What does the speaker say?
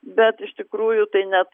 bet iš tikrųjų tai net